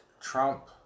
Trump